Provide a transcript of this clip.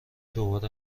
دوباره